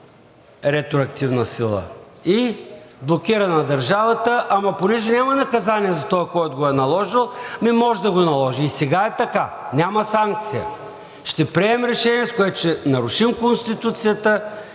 ретроактивна сила и – блокиране на държавата. Но понеже няма наказание за този, който го е наложил, ами, може да го наложи. И сега е така – няма санкция. Ще приемем решение, с което ще нарушим Конституцията,